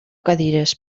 cadires